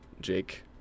Jake